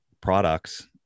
products